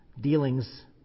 dealings